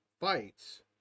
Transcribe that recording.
fights